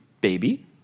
baby